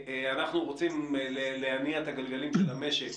אנחנו רוצים להניע את הגלגלים של המשק.